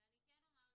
אבל אני כן אומר,